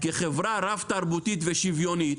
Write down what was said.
כחברה רב תרבותית ושוויונית,